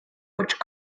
which